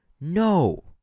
No